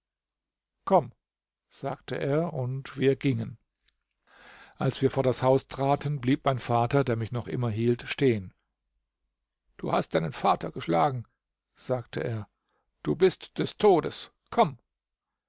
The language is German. komm sagte er und wir gingen als wir vor das haus traten blieb mein vater der mich noch immer hielt stehen du hast deinen vater geschlagen sagte er du bist des todes komm